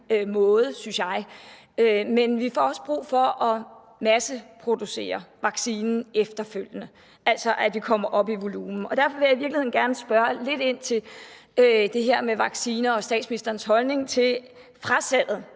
måde, synes jeg. Men vi får også brug for at masseproducere vaccinen efterfølgende, altså at vi kommer op i volumen. Derfor vil jeg i virkeligheden gerne spørge lidt ind til det her med vacciner og til statsministerens holdning til frasalget